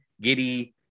Giddy